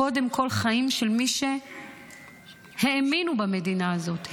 קודם כל חיים של מי שהאמינו במדינה הזאת,